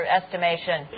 estimation